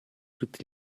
tutti